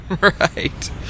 Right